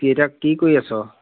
কি এতিয়া কি কৰি আছ